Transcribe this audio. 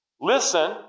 Listen